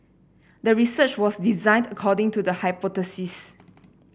the research was designed according to the hypothesis